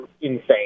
insane